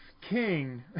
King